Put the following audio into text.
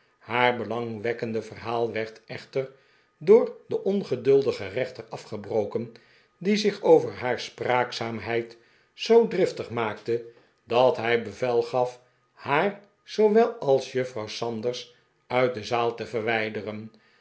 haar belangwekkende verhaal werd echter door den ongeduldigen rechter afgebroken die zich over haar spraakzaamheid zoo driftig maakte dat hij bevel gaf haar zoowel als juffrouw sanders uit de zaal te verwij